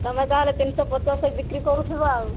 ତମେ ତା'ହେଲେ ତିନିଶହ ପଚାଶରେ ବିକ୍ରି କରୁଥିବ ଆଉ